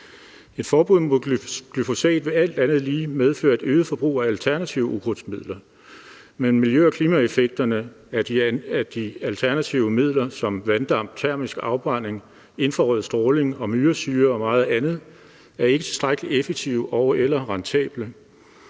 Et forbud mod glyfosat vil alt andet lige medføre et øget forbrug af alternative ukrudtsmidler, men miljø- og klimaeffekterne af de alternative midler som vanddamp, termisk afbrænding, infrarød stråling, myresyre og meget andet er ikke tilstrækkelig effektive og/eller rentable.